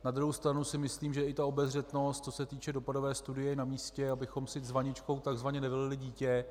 Na druhou stranu si myslím, že i ta obezřetnost, co se týče dopadové studie, je namístě, abychom si s vaničkou tzv. nevylili dítě.